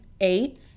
eight